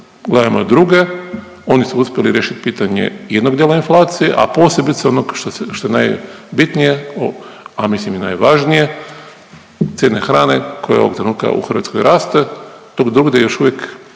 gledajmo i druge. Oni su uspjeli riješiti pitanje jednog dijela inflacije, a posebice onog što je najbitnije, a mislim i najvažnije cijene hrane koje ovog trenutka u Hrvatskoj raste dok drugdje još uvijek